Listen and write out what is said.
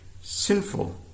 sinful